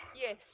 Yes